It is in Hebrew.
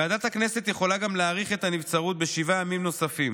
ועדת הכנסת יכולה גם להאריך את הנבצרות בשבעה ימים נוספים.